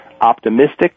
optimistic